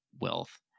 wealth